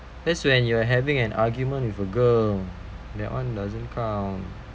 that's when you are having an argument with a girl that one doesn't count